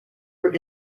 were